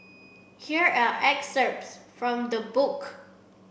here are excerpts from the book